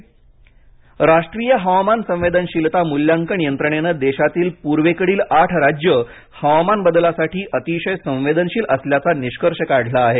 हवामान बदल राष्ट्रीय हवामान संवेदशीलता मूल्यांकन यंत्रणेनं देशातील पूर्वेकडील आठ राज्यं हवामान बदलासाठी अतिशय संवेदनशील असल्याचा निष्कर्ष काढला आहे